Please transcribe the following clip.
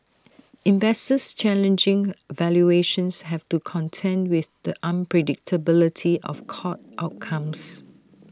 investors challenging valuations have to contend with the unpredictability of court outcomes